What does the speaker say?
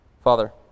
Father